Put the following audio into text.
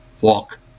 walk